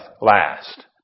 last